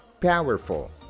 powerful